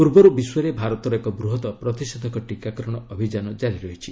ପୂର୍ବରୁ ବିଶ୍ୱରେ ଭାରତର ଏକ ବୃହତ୍ ପ୍ରତିଷେଧକ ଟୀକାକରଣ ଅଭିଯାନ ଜାରି ରହିଛି